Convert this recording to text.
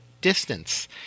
distance